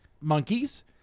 monkeys